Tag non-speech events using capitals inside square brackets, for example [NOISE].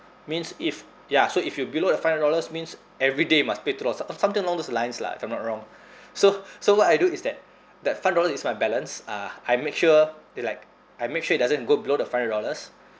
means if ya so if you below that five hundred dollars means everyday must pay two do~ or something along those lines lah if I'm not wrong [BREATH] so so what I do is that that five hundred dollars is my balance uh I make sure they like I make sure it doesn't go below the five hundred dollars